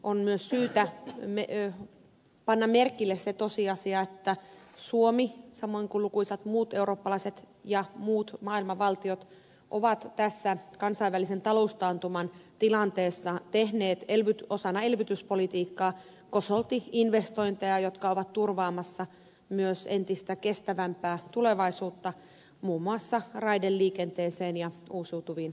on myös syytä panna merkille se tosiasia että suomi samoin kuin lukuisat muut eurooppalaiset ja muut maailman valtiot ovat tässä kansainvälisen taloustaantuman tilanteessa tehneet osana elvytyspolitiikkaa kosolti investointeja jotka ovat turvaamassa myös entistä kestävämpää tulevaisuutta muun muassa raideliikenteeseen ja uusiutuviin energiamuotoihin